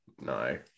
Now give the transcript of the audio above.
No